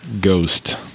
Ghost